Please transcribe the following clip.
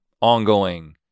ongoing